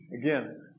Again